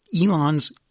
Elon's